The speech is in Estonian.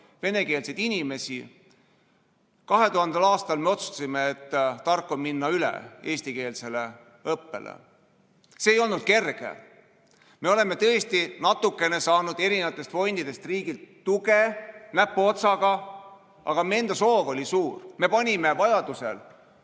venekeelseid inimesi. 2000. aastal me otsustasime, et tark on minna üle eestikeelsele õppele. See ei olnud kerge. Me oleme tõesti natukene, näpuotsaga saanud erinevatest fondidest riigilt tuge, aga meie enda soov oli suur. Me võtsime vajaduse